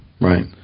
Right